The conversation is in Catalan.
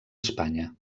espanya